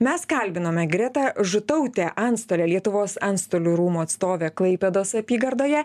mes kalbinome gretą žutautę antstolę lietuvos antstolių rūmų atstovė klaipėdos apygardoje